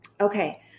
Okay